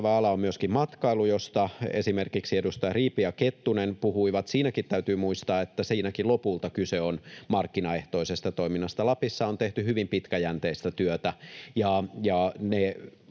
ala on myöskin matkailu, josta esimerkiksi edustajat Riipi ja Kettunen puhuivat. Siinäkin täytyy muistaa, että siinäkin lopulta kyse on markkinaehtoisesta toiminnasta. Lapissa on tehty hyvin pitkäjänteistä työtä, ja ne